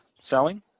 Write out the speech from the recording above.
selling